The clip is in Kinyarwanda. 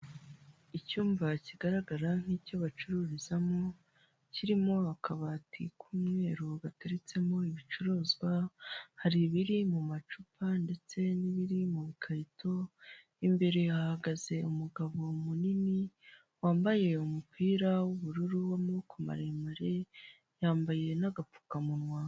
Icyumba kigaragara nk'icyo bacururizamo, kirimo akabati k'umweru gateretsemo ibicuruzwa, hari ibiri mu macupa ndetse n'ibiri mubikarito, imbere hahagaze umugabo munini wambaye umupira w'ubururu w'amaboko maremare, yambaye n'agapfukamunwa.